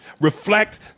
reflect